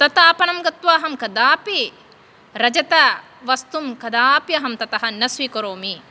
तत् आपणं गत्वा अहं कदापि रजतवस्तुं कदापि अहं ततः न स्वीकरोमि